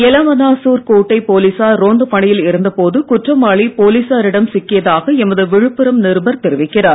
எலவனாசூர் கோட்டை போலீசார் ரோந்துப் பணியில் இருந்த போது குற்றவாளி போலீசாரிடம் சிக்கியதாக எமது விழுப்புரம் நிருபர் தெரிவிக்கிறார்